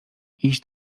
iść